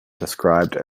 described